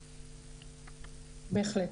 בהחלט.